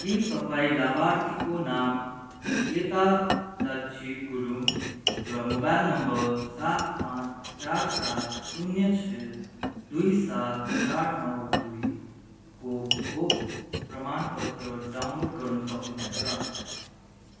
के तपाईँँ लाभार्थीको नाम ऐतलक्षी गुरुङ र मोबाइल नम्बर सात पाँच चार सात शून्य छ दुई सात चार नौ दुईको खोप प्रमाणपत्र डाउनलोड गर्न सक्नुहुन्छ